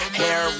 hair